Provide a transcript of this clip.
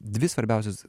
dvi svarbiausios